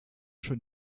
schon